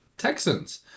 texans